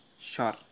Sure